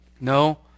No